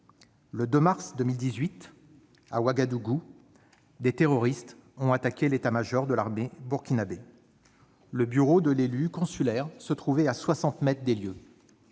Le 2 mars 2018, à Ouagadougou, des terroristes ont attaqué l'état-major de l'armée burkinabée. Le bureau de l'élue consulaire se trouvait à soixante mètres du lieu